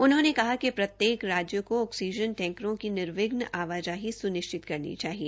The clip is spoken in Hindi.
उन्होंने कहा कि प्रत्येक राज्य केा ऑक्सीजन टैंकरो की निर्विघ्न ढूलाई सुनिश्चित करनी चाहिए